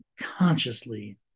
consciously